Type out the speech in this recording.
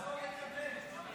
--- להצביע לטרומית ואז לא נקדם.